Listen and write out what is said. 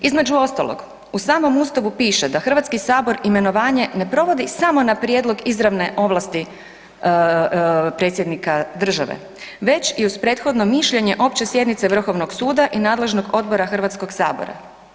Između ostalog, u samom ustavu piše da Hrvatski sabor imenovanje ne provodi samo na prijedlog izravne ovlasti Predsjednika države već i uz prethodno mišljenje opće sjednice Vrhovnog suda i nadležnog odbora Hrvatskog sabora.